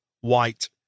White